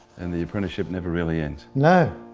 and the apprenticeship never really ends. no,